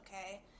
okay